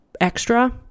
extra